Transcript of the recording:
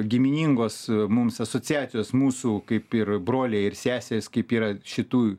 giminingos mums asociacijos mūsų kaip ir broliai ir sesės kaip yra šitų